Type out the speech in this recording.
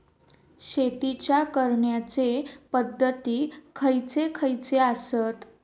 शेतीच्या करण्याचे पध्दती खैचे खैचे आसत?